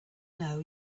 know